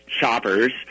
shoppers